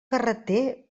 carreter